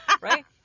Right